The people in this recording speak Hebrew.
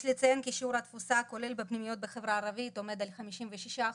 יש לציין כי שיעור התפוסה הכולל בפנימיות בחברה הערבית עומד על 56%,